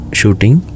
shooting